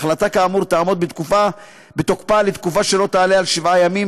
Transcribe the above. החלטה כאמור תעמוד בתוקפה לתקופה שלא תעלה על שבעה ימים,